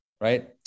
right